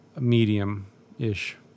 medium-ish